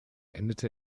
endete